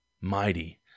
mighty